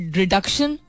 reduction